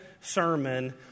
sermon